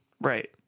Right